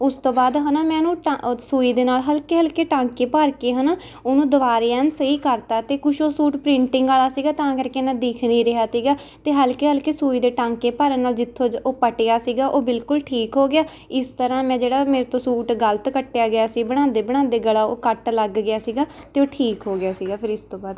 ਉਸ ਤੋਂ ਬਾਅਦ ਹੈ ਨਾ ਮੈਂ ਉਹਨੂੰ ਟਾਂ ਅ ਸੂਈ ਦੇ ਨਾਲ ਹਲਕੇ ਹਲਕੇ ਟਾਂਕੇ ਭਰ ਕੇ ਹੈ ਨਾ ਉਹਨੂੰ ਦੁਬਾਰਾ ਐਨ ਸਹੀ ਕਰਤਾ ਅਤੇ ਕੁਛ ਉਹ ਸੂਟ ਪ੍ਰਿਟਿੰਗ ਵਾਲਾ ਸੀਗਾ ਤਾਂ ਕਰਕੇ ਇੰਨਾ ਦਿਖ ਨਹੀਂ ਰਿਹਾ ਤੀਗਾ ਅਤੇ ਹਲਕੇ ਹਲਕੇ ਸੂਈ ਦੇ ਟਾਂਕੇ ਭਰਨ ਨਾਲ ਜਿੱਥੋਂ ਉਹ ਪਟਿਆ ਸੀਗਾ ਉਹ ਬਿਲਕੁਲ ਠੀਕ ਹੋ ਗਿਆ ਇਸ ਤਰ੍ਹਾਂ ਮੈਂ ਜਿਹੜਾ ਮੇਰੇ ਤੋਂ ਸੂਟ ਗਲਤ ਕੱਟਿਆ ਗਿਆ ਸੀ ਬਣਾਉਂਦੇ ਬਣਾਉਂਦੇ ਗਲਾ ਉਹ ਕੱਟ ਲੱਗ ਗਿਆ ਸੀਗਾ ਤਾਂ ਉਹ ਠੀਕ ਹੋ ਗਿਆ ਸੀਗਾ ਫਿਰ ਇਸ ਤੋਂ ਬਾਅਦ